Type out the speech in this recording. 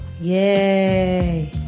Yay